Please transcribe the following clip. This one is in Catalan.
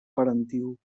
parentiu